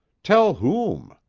tell whom?